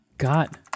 Got